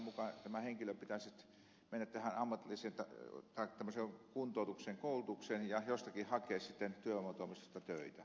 akaan penttilän mukaan tämän henkilön pitäisi mennä kuntoutukseen koulutukseen ja jostakin hakea sitten työvoimatoimistosta töitä